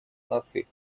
наций